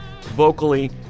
vocally